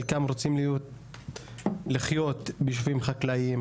חלקם רוצים לחיות ביישובים חקלאיים,